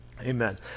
Amen